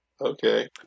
Okay